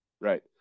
Right